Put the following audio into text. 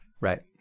right